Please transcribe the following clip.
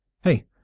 hey